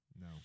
No